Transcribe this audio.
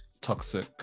toxic